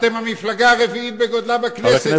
אתם המפלגה הרביעית בגודלה בכנסת,